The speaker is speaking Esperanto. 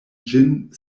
ĝin